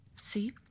See